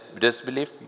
disbelief